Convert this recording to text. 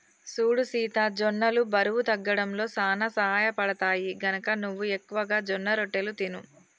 సూడు సీత జొన్నలు బరువు తగ్గడంలో సానా సహయపడుతాయి, గనక నువ్వు ఎక్కువగా జొన్నరొట్టెలు తిను